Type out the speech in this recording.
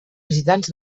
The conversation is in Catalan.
visitants